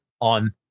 on